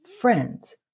friends